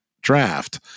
draft